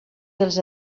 dels